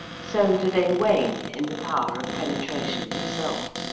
so do they wane in the power of penetration itself.